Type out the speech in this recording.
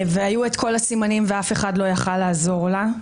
היו את כל הסימנים ואף אחד לא היה יכול לעזור לה.